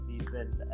season